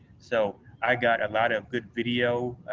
so, i got a lot of good video